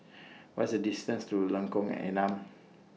What IS The distance to Lengkong Enam